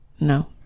No